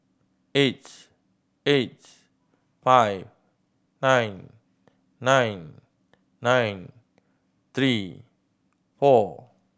eight eight five nine nine nine three four